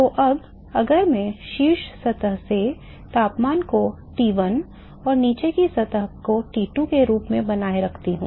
तो अब अगर मैं शीर्ष सतह के तापमान को T1 और नीचे की सतह को T2 के रूप में बनाए रखता हूं